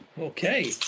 Okay